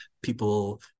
people